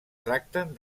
tracten